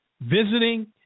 visiting